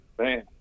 man